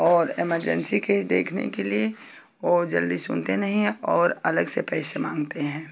और emergency case देखने के लिए और जल्दी सुनते नहीं हैं और अलग से पैसे मांगते हैं